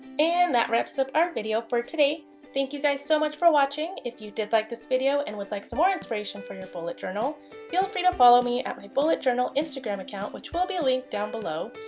and that wraps up our video for today. thank you guys so much for watching. if you did like this video and would like some more inspiration for your bullet journal feel free to follow me at my bullet journal instagram account which will be linked down below.